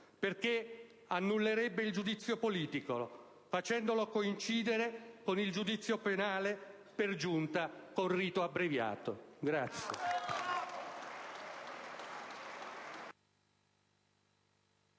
perché annullerebbe il giudizio politico facendolo coincidere con il giudizio penale, per giunta con rito abbreviato. *(Vivi